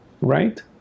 right